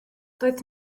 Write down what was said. doedd